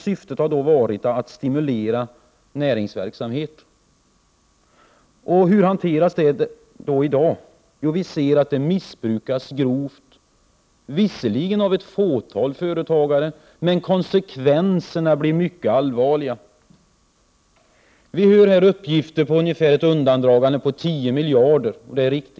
Syftet var dock att stimulera näringsverksamheten. Men hur hanteras systemet i dag? Ja, vi ser att det missbrukas grovt, visserligen av ett fåtal företagare. Men konsekvenserna blir ändå mycket allvarliga. Det finns alltså uppgifter om ett undandragande av pengar i storleksordningen 10 miljarder.